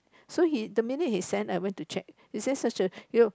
so he the minute he send I went to check is there such a